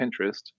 Pinterest